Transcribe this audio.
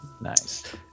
Nice